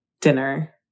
dinner